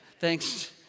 thanks